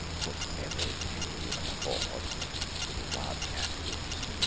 put every penny you can afford into wildcat reefs.